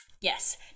yes